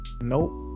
Nope